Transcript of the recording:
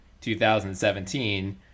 2017